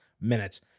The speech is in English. minutes